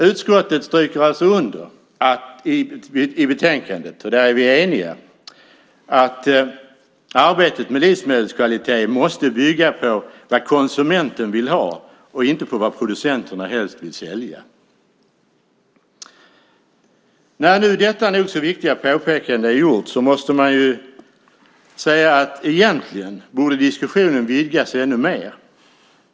Utskottet stryker alltså under i utlåtandet, och där är vi eniga, att arbetet med livsmedelskvalitet måste bygga på vad konsumenterna vill ha och inte på vad producenterna helst vill sälja. När detta nog så viktiga påpekande är gjort måste jag säga att diskussionen egentligen borde vidgas ännu mer.